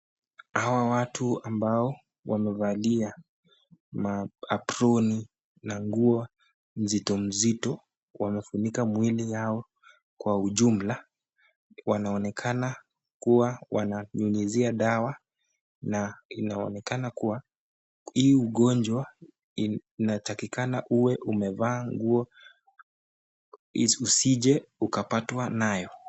Hawa watu ambao wamevalia maaproni na nguo nzito kwa kufunika miili yao kwa ujumla wanaonekana kuwa wananyunyizia dawa na inaonekana kuwa hii ugonjw a inatakikana uwe umevaa nguo usije ukapatwa nayo.